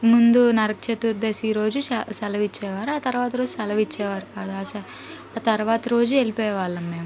ముందు నరక చతుర్దశి రోజు సె సెలవిచ్చేవారు ఆ తరవాత రోజు సెలవు ఇచ్చేవారు కాదు సా ఆ తరవాత రోజు వెళ్లిపోయే వాళ్ళం మేము